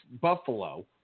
Buffalo